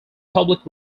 public